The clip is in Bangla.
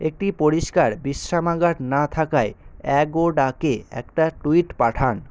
একটি পরিষ্কার বিশ্রামাগার না থাকায় অ্যাগোডাকে একটা ট্যুইট পাঠান